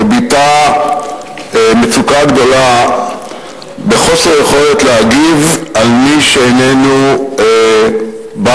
ביטא מצוקה גדולה בחוסר יכולת להגיב ביחס למי שאיננו בא